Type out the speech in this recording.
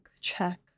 check